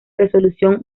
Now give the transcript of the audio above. resolución